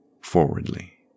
forwardly